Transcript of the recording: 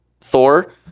Thor